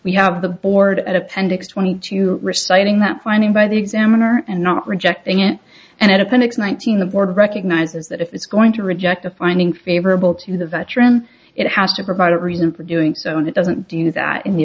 we have the board at appendix twenty two reciting that finding by the examiner and not rejecting it and appendix one thousand aboard recognizes that if it's going to reject a finding favorable to the veteran it has to provide a reason for doing so and it doesn't do that